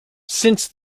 since